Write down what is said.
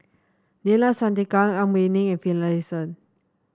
Neila Sathyalingam Ang Wei Neng and Finlayson